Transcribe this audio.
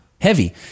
heavy